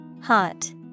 Hot